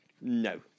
no